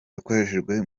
yakoresheje